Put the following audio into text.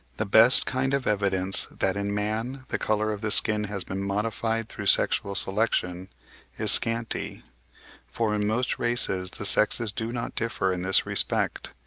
the best kind of evidence that in man the colour of the skin has been modified through sexual selection is scanty for in most races the sexes do not differ in this respect,